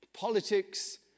Politics